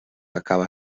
acaba